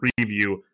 preview